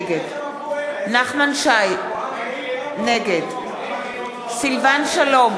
נגד נחמן שי, נגד סילבן שלום,